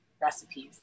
recipes